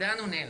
לאן הוא נעלם?